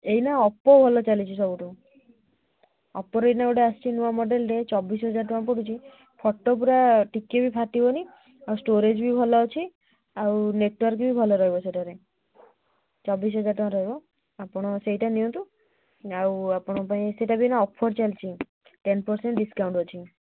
ଏଇନା ଓପୋ ଭଲ ଚାଲିଛି ସବୁଠୁ ଓପୋର ଏଇନା ଗୋଟେ ଆସିଛି ନୂଆ ମଡେଲରେ ଚବିଶ ହଜାର ଟଙ୍କା ପଡ଼ୁଛି ଫଟୋ ପୁରା ଟିକେ ବି ଫାଟିବନି ଆଉ ଷ୍ଟୋରେଜ୍ ବି ଭଲ ଅଛି ଆଉ ନେଟୱାର୍କ ବି ଭଲ ରହିବ ସେଠାରେ ଚବିଶ ହଜାର ଟଙ୍କା ରହିବ ଆପଣ ସେଇଟା ନିଅନ୍ତୁ ଆଉ ଆପଣଙ୍କ ପାଇଁ ସେଇଟା ବି ଏଇନା ଅଫର୍ ଚାଲିଛି ଟେନ୍ ପରସେଣ୍ଟ ଡିସକାଉଣ୍ଟ ଅଛି